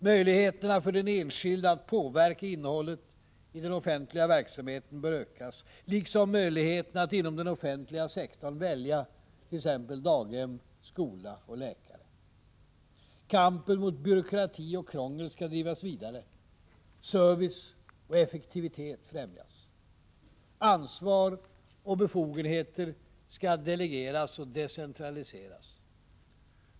Möjligheterna för den enskilde att påverka innehållet i den offentliga verksamheten bör ökas, liksom möjligheterna att inom den offentliga sektorn välja t.ex. daghem, skola och läkare. Kampen mot byråkrati och krångel skall drivas vidare, service och effektivitet främjas. Ansvar och befogenheter skall delegeras och decentraliseras.